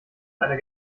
einer